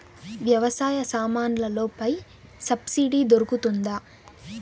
వ్యవసాయ సామాన్లలో పై సబ్సిడి దొరుకుతుందా?